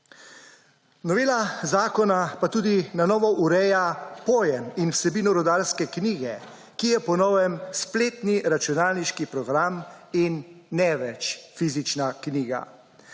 Novela zakona pa tudi na novo ureja pojem in vsebino rudarske knjige, ki je po novem spletni računalniški program in ne več fizična knjiga.